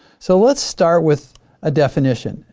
so let's start with a definition.